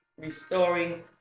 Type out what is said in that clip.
Restoring